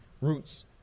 roots